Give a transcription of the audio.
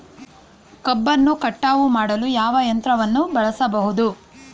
ಕಬ್ಬನ್ನು ಕಟಾವು ಮಾಡಲು ಯಾವ ಯಂತ್ರವನ್ನು ಬಳಸಬಹುದು?